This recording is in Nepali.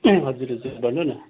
ए हजुर हजुर भन्नु न